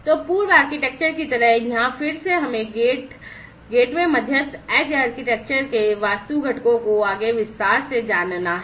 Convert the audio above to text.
तो पूर्व आर्किटेक्चर की तरह यहां फिर से हमें गेट गेटवे मध्यस्थ edge आर्किटेक्चर के वास्तु घटकों को आगे विस्तार से जानना है